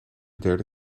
derde